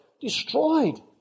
Destroyed